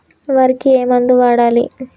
వరికి ఏ మందు వాడాలి?